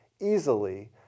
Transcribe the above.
easily